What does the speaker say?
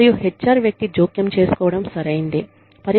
మరియు H R వ్యక్తి జోక్యం చేసుకోవడం సరైందే